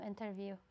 interview